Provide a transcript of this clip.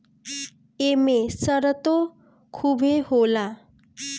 एमे सरतो खुबे होला